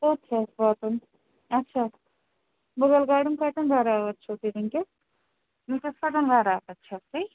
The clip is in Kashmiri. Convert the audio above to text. کوٚت چھُ اَسہِ واتُن اَچھا مُغل گارڈن کتٮ۪ن بَرابَر چھِو تُہۍ وُنکٮ۪س وُنکٮ۪س کتٮ۪ن بَرابَر چھِو تُہۍ